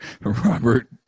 Robert